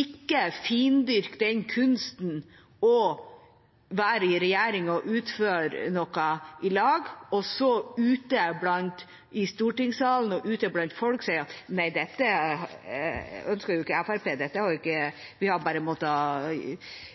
ikke findyrke kunsten å være i regjering og utføre noe i lag og så – i stortingssalen og ute blant folk – si at nei, dette ønsker ikke Fremskrittspartiet, vi har